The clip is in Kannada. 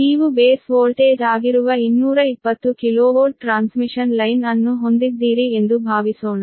ನೀವು ಬೇಸ್ ವೋಲ್ಟೇಜ್ ಆಗಿರುವ 220 kV ಟ್ರಾನ್ಸ್ಮಿಷನ್ ಲೈನ್ ಅನ್ನು ಹೊಂದಿದ್ದೀರಿ ಎಂದು ಭಾವಿಸೋಣ